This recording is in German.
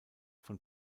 von